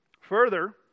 Further